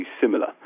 similar